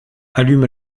allume